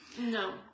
No